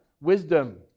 wisdom